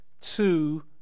two